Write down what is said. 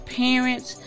parents